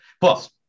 Plus